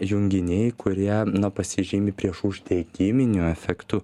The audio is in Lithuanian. junginiai kurie nu pasižymi priešuždegiminiu efektu